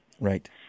right